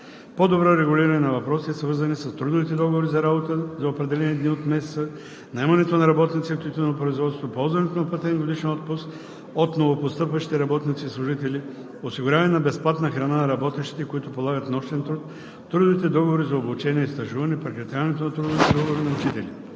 по-добро регулиране на въпросите, свързани с: трудовите договори за работа за определени дни от месеца; наемането на работници в тютюнопроизводството; ползването на платен годишен отпуск от новопостъпващите работници и служители; осигуряване на безплатната храна на работещите, които полагат нощен труд; трудовите договори за обучение и стажуване; прекратяването на трудовите договори на учителите;